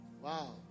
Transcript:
Wow